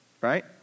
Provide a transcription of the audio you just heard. Right